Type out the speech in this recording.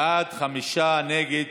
בעד, חמישה, נגד,